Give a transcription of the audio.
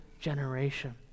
generation